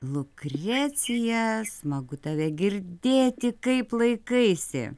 lukrecija smagu tave girdėti kaip laikaisi